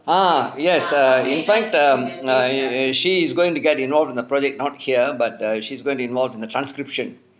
ah yes err in fact um I I she is going to get involved in a project not here but err she's going to get involved in the transcription